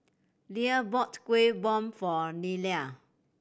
Lia bought Kuih Bom for Nelia